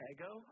Ego